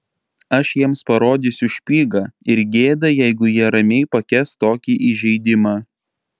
aš jiems parodysiu špygą ir gėda jeigu jie ramiai pakęs tokį įžeidimą